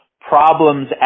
problems